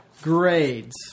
grades